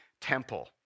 temple